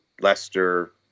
Leicester